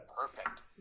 Perfect